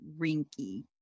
Rinky